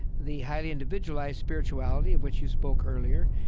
the highly individualized spirituality of which you spoke earlier,